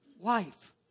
life